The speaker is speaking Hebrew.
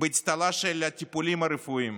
באצטלה של הטיפולים הרפואיים.